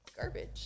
garbage